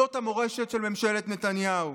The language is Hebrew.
זאת המורשת של ממשלת נתניהו.